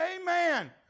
Amen